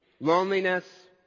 loneliness